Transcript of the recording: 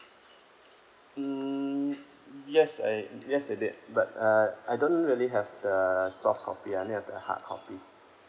mm yes I yes they did but uh I don't really have the soft copy I only have the hard copy